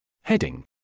Heading